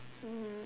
mm